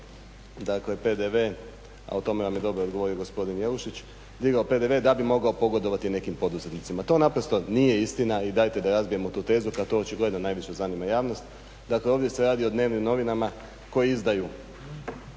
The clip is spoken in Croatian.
dignuo PDV a o tome vam je dobro odgovorio gospodin Jelušić, digao PDV da bi mogao pogodovati nekim poduzetnicima. To naprosto nije istina i dajte da razbijemo tu tezu kada to očigledno najviše zanima javnost. Dakle ovdje se radi o dnevnim novinama koji izdaju